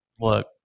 look